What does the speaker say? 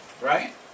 Right